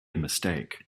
mistake